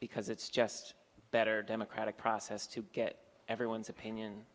because it's just better democratic process to get everyone's opinion